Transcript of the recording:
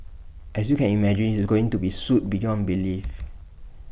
as you can imagine he's going to be sued beyond belief